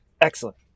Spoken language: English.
Excellent